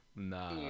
nah